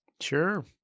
Sure